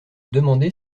demander